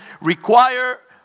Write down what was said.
require